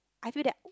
I feel that